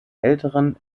älteren